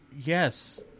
yes